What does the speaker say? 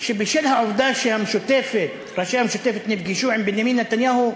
שבשל העובדה שראשי המשותפת נפגשו עם בנימין נתניהו,